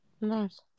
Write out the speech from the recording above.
nice